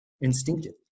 Instinctive